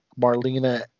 Marlena